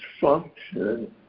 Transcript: function